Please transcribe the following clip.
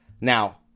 Now